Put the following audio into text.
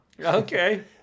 Okay